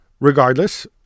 regardless